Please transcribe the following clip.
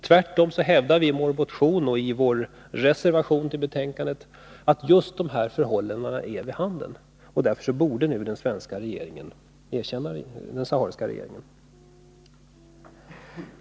Tvärtom hävdar vi i vår motion och i vår reservation till betänkandet att just de här förhållandena är vid handen, och därför borde den svenska regeringen nu erkänna den sahariska regeringen.